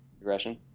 aggression